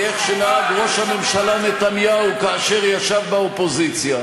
איך נהג ראש הממשלה נתניהו כאשר ישב באופוזיציה.